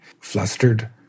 flustered